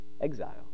exile